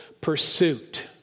pursuit